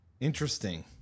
Interesting